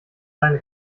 seine